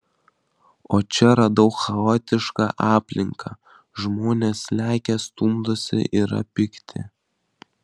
o čia radau chaotišką aplinką žmonės lekia stumdosi yra pikti